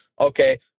okay